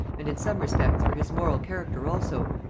and in some respects for his moral character also,